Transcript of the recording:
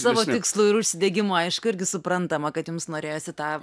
savo tikslu ir užsidegimu aišku irgi suprantama kad jums norėjosi tą